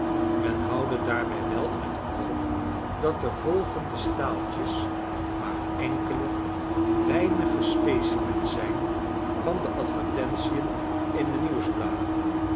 men houde daarbij wel in t oog dat de volgende staaltjes maar enkele weinige specimens zijn van de advertentien in de